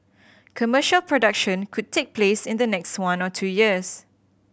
commercial production could take place in the next one or to two years